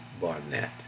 Barnett